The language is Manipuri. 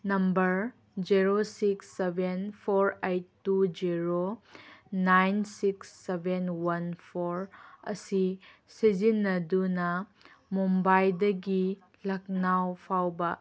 number zero six seven four eight two zero nine six seven one four ꯑꯁꯤ ꯁꯤꯖꯤꯟꯅꯗꯨꯅ ꯃꯨꯝꯕꯥꯏꯗꯒꯤ ꯂꯥꯈꯅꯧ ꯐꯥꯎꯕ